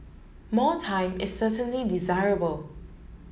more time is certainly desirable